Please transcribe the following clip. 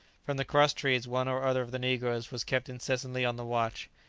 from the cross-trees one or other of the negroes was kept incessantly on the watch.